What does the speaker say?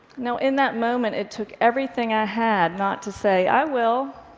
now in that moment, it took everything i had not to say, i will.